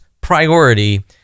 priority